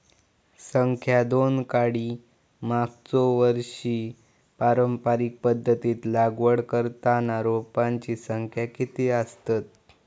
संख्या दोन काडी मागचो वर्षी पारंपरिक पध्दतीत लागवड करताना रोपांची संख्या किती आसतत?